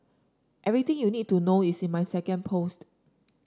everything you need to know is in my second post